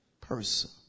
person